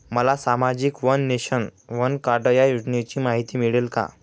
मला सामाजिक one nation, one card या योजनेची माहिती मिळेल का?